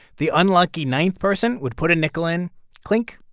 the unlucky ninth person would put a nickel in clink,